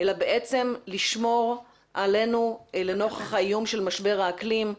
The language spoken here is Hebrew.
אלא בעצם לשמור עלינו לנוכח האיום של משבר האקלים.